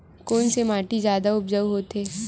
कोन से माटी जादा उपजाऊ होथे?